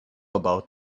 about